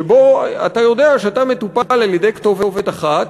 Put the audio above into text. שאתה יודע שאתה מטופל על-ידי כתובת אחת